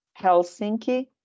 Helsinki